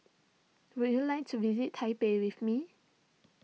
would you like to visit Taipei with me